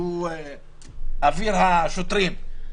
שהוא אביר השוטרים?